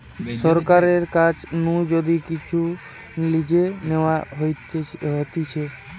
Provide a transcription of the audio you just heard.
সরকারের কাছ নু যদি কিচু লিজে নেওয়া হতিছে